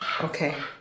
Okay